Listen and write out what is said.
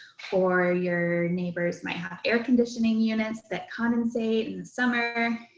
or your neighbors might have air conditioning units that condensate in summer,